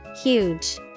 Huge